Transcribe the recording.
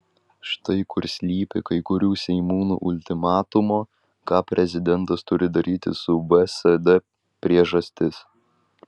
štai kur slypi kai kurių seimūnų ultimatumo ką prezidentas turi daryti su vsd priežastis